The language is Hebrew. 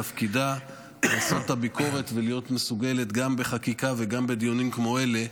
תפקידה לעשות את הביקורת ולהיות מסוגלת גם בחקיקה וגם בדיונים כמו אלה,